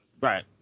Right